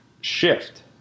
shift